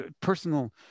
personal